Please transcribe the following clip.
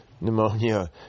pneumonia